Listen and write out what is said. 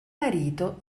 marito